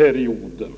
16,5 procent.